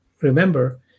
remember